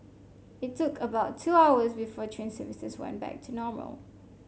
it took about two hours before train services went back to normal